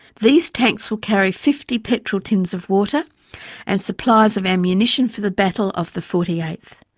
these tanks will carry fifty petrol tins of water and supplies of ammunition for the battle of the forty eighth.